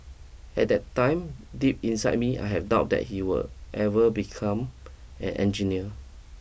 at that time deep inside me I had doubt that he would ever become an engineer